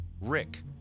Rick